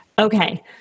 Okay